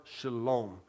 shalom